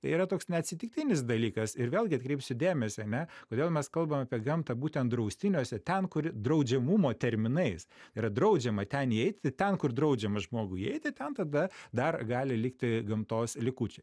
tai yra toks neatsitiktinis dalykas ir vėlgi atkreipsiu dėmesį ane kodėl mes kalbam apie gamtą būtent draustiniuose ten kur draudžiamumo terminais yra draudžiama ten įeit tai ten kur draudžiama žmogui įeiti ten tada dar gali likti gamtos likučiai